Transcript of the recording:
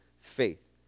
faith